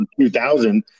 2000